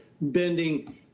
bending